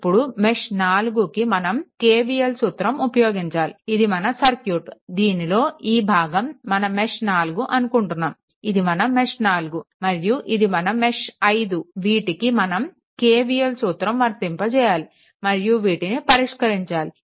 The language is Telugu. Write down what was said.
ఇప్పుడు మెష్4 కి మనం KVL సూత్రం ఉపయోగించాలి ఇది మన సర్క్యూట్ దీనిలో ఈ భాగం మన మెష్4 అనుకుంటున్నాము ఇది మన మెష్4 మరియు ఇది మన మెష్ 5 వీటికి మనం KVL సూత్రం వర్తింపజేయాలి మరియు వీటిని పరిష్కరించాలి